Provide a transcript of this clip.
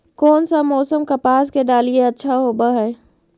कोन सा मोसम कपास के डालीय अच्छा होबहय?